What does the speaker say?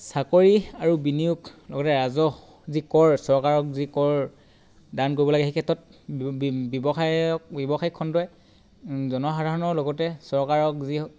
চাকৰি আৰু বিনিয়োগ লগতে ৰাজহ যি কৰ চৰকাৰক যি কৰ দান কৰিব লাগে সেই ক্ষেত্ৰত বিৱ ব্য়ৱসায়ক ব্যৱসায় খণ্ডই জনসাধাৰণৰ লগতে চৰকাৰক যি